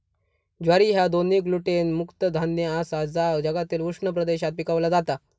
ज्वारी ह्या दोन्ही ग्लुटेन मुक्त धान्य आसा जा जगातील उष्ण प्रदेशात पिकवला जाता